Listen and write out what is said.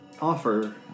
offer